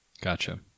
Gotcha